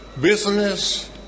Business